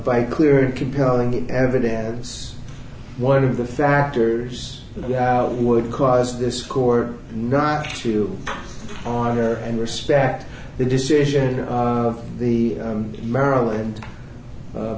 by clear and compelling evidence one of the factors that would cause this court not to honor and respect the decision of the maryland